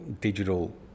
digital